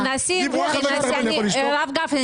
הרב גפני,